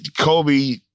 Kobe